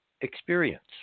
experience